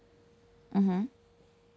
mm hmm